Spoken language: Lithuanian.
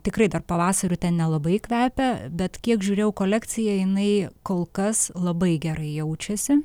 tikrai dar pavasariu ten nelabai kvepia bet kiek žiūrėjau kolekciją jinai kol kas labai gerai jaučiasi